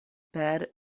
per